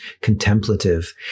contemplative